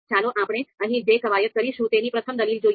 ચાલો આપણે અહીં જે કવાયત કરીશું તેની પ્રથમ દલીલ જોઈએ